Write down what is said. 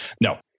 no